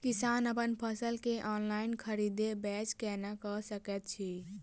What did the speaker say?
किसान अप्पन फसल केँ ऑनलाइन खरीदै बेच केना कऽ सकैत अछि?